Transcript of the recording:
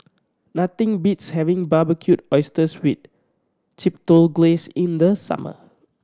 nothing beats having Barbecued Oysters wit Chipotle Glaze in the summer